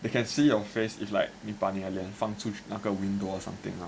they can see your face if like 你把你的脸放出去那个 window or something